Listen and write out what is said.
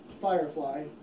Firefly